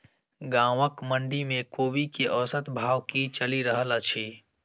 गाँवक मंडी मे कोबी केँ औसत भाव की चलि रहल अछि?